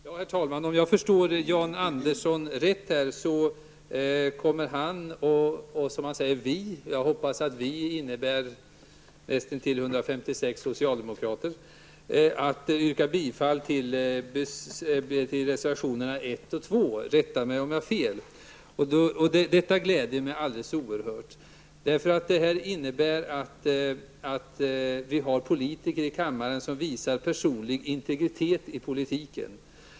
Herr talman! Om jag förstod Jan Andersson rätt så kommer han och som han säger vi -- jag hoppas att vi innebär nästintill 156 socialdemokrater -- att yrka bifall till reservationerna nr 1 och 2, rätta mig om jag har fel. Detta gläder mig oerhört. Det innebär att det finns politiker i kammaren som visar personlig integritet i politiken.